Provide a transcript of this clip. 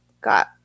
got